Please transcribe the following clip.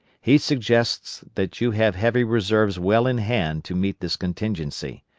he suggests that you have heavy reserves well in hand to meet this contingency.